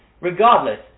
Regardless